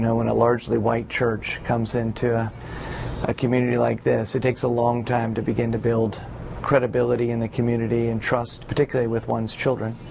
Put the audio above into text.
when a largely white church comes into a community like this, it takes a long time to begin to build credibility in the community and trust, particularly with one's children.